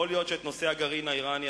יכול להיות שאת נושא הגרעין האירני,